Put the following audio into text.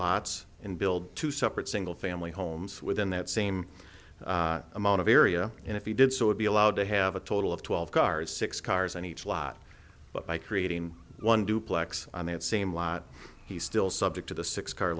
lots and build two separate single family homes within that same amount of area and if he did so would be allowed to have a total of twelve cars six cars on each lot but by creating one duplex on that same lot he still subject to the six car